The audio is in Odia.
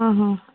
ହଁ ହଁ